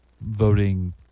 voting